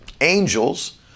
Angels